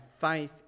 faith